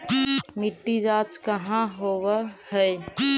मिट्टी जाँच कहाँ होव है?